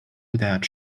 without